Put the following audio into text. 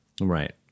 Right